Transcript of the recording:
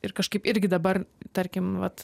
ir kažkaip irgi dabar tarkim vat